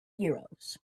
euros